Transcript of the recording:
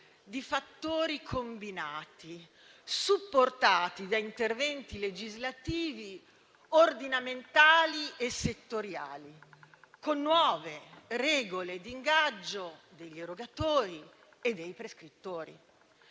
di fattori combinati, supportati da interventi legislativi ordinamentali e settoriali, con nuove regole di ingaggio degli erogatori e dei prescrittori.